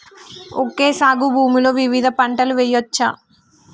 Okay సాగు భూమిలో వివిధ పంటలు వెయ్యచ్చా?